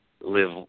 live